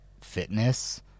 fitness